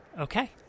Okay